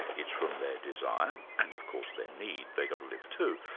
it's from their desire and of course their need, they've got to live too,